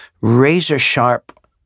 razor-sharp